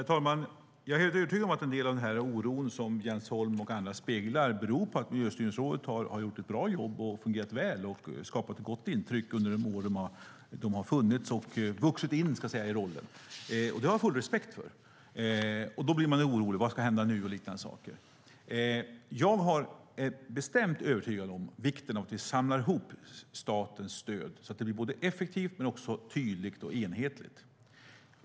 Herr talman! Jag är helt övertygad om att en del av den oro Jens Holm och andra speglar beror på att Miljöstyrningsrådet har gjort ett bra jobb, fungerat väl och skapat ett gott intryck under de år de har funnits och vuxit in i rollen. Det har jag full respekt för. Man blir orolig för vad som ska hända nu och liknande saker. Jag är bestämt övertygad om vikten av att samla ihop statens stöd så att det blir såväl effektivt som tydligt och enhetligt.